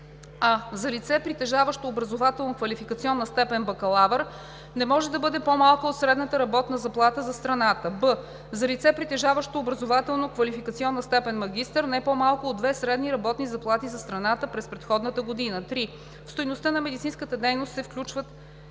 а) за лице, притежаващо образователно-квалификационна степен „бакалавър“, не може да бъде по-малка от средната работна заплата за страната; б) за лице, притежаващо образователно-квалификационна степен „магистър“ – не по-малка от две средни работни заплати за страната през предходната година. 3. В стойността на медицинската дейност се включват